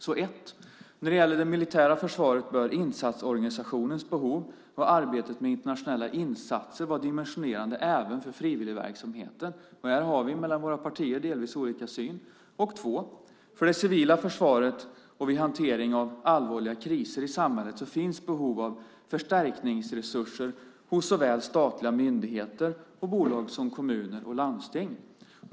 För det första: När det gäller det militära försvaret bör insatsorganisationens behov och arbetet med internationella insatser vara dimensionerade även för frivilligverksamheten. Här har vi mellan våra partier delvis olika syn. För det andra: För det civila försvaret och vid hantering av allvarliga kriser i samhället finns behov av förstärkningsresurser hos såväl statliga myndigheter och bolag som kommuner och landsting.